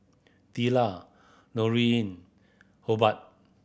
Tilla Hobart